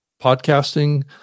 podcasting